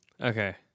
Okay